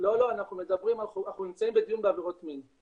אנחנו נמצאים בדיון בעבירות מין,